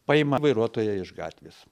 paima vairuotoją iš gatvės